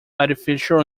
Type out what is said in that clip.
artificial